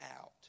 out